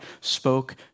spoke